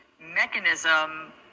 mechanism